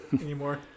anymore